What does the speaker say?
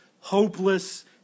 hopeless